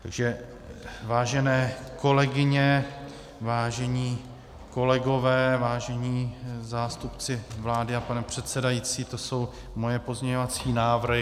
Takže vážené kolegyně, vážení kolegové, vážení zástupci vlády a pane předsedající, to jsou moje pozměňovací návrhy.